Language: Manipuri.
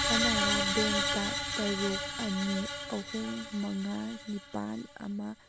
ꯀꯅꯥꯔꯥ ꯕꯦꯡꯗ ꯇꯔꯨꯛ ꯑꯅꯤ ꯑꯍꯨꯝ ꯃꯉꯥ ꯅꯤꯄꯥꯜ ꯑꯃ